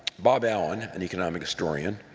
bob allen, an economic historian,